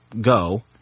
go